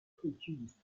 produced